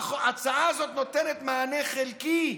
ההצעה הזאת נותנת מענה חלקי,